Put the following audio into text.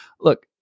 look